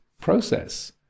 process